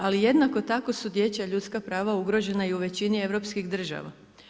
Ali jednako tako su dječja ljudska prava ugrožena i u većini europskih država.